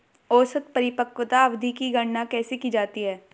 औसत परिपक्वता अवधि की गणना कैसे की जाती है?